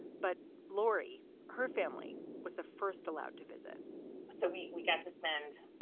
but laurie, her family was the first allowed to visit so we we got to spend.